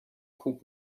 خوب